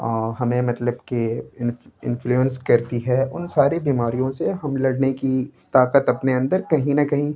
ہمیں مطلب کہ انفلوئنس کرتی ہے ان ساری بیماریوں سے ہم لرنے کی طاقت اپنے اندر کہیں نہ کہیں